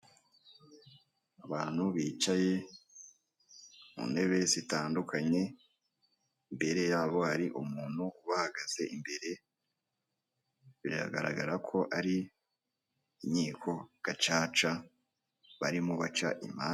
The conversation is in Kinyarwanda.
Abantu bicaye mu ntebe zitandukanye imbere yabo hari umuntu ubahagaze imbere biragaragara ko ari inkiko gacaca barimo baca impanza.